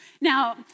Now